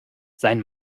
sein